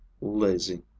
Lazy